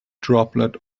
droplet